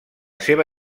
seva